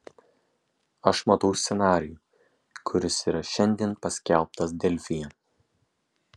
aš matau scenarijų kuris yra šiandien paskelbtas delfyje